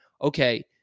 okay